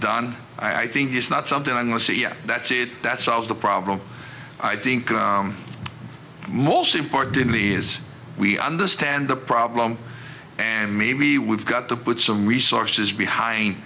done i think it's not something i'm going to say yes that's it that solves the problem i think most importantly is we understand the problem and maybe we've got to put some resources behind